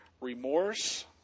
Remorse